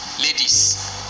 ladies